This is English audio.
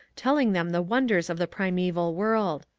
telling them the wonders of the primeval world.